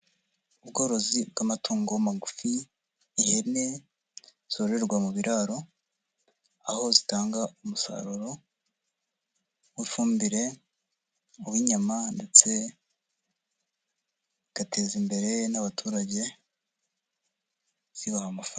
Ubworozi bw'amatungo magufi, ihene zororerwa mu biraro aho zitanga umusaruro w'ifumbire, uw'inyama ndetse zigateza imbere n'abaturage, zibaha amafaranga.